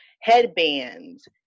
headbands